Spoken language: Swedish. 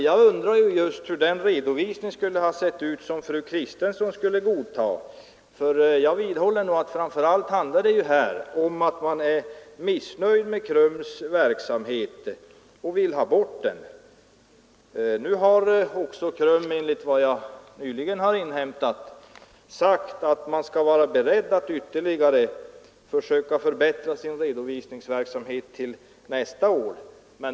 Jag undrar hur den redovisning skulle ha sett ut som fru Kristensson kunde godta. Jag vidhåller att det framför allt handlar om att man här är missnöjd med KRUM:s verksamhet och vill ha bort den. Nu har också KRUM, enligt vad jag nyligen inhämtat, sagt att man är beredd att försöka ytterligare förbättra sin redovisningsverksamhet till nästa år.